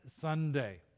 Sunday